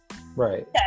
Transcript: Right